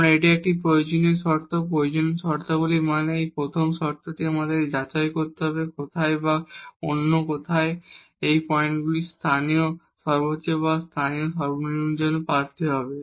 কারণ এটি একটি প্রয়োজনীয় শর্ত প্রয়োজনীয় শর্তাবলী মানে এই যে এই প্রথম শর্তটি আমাদের যাচাই করতে হবে কোথায় বা অন্য কথায় এই পয়েন্টগুলি লোকাল ম্যাক্সিমা এবং লোকাল মিনিমা জন্য ক্যন্ডিডেড হবে